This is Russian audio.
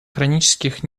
хронических